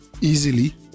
easily